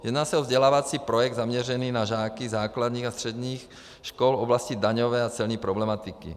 Jedná se o vzdělávací projekt zaměřený na žáky základních a středních škol v oblasti daňové a celní problematiky.